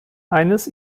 eines